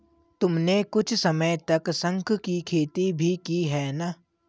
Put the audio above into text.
तुमने कुछ समय तक शंख की खेती भी की है ना?